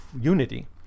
unity